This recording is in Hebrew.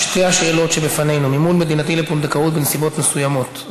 שתי השאילתות שבפנינו: מימון מדינתי לפונדקאות בנסיבות מסוימות,